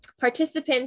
Participants